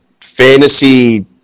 fantasy